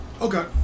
Okay